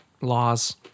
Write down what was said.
laws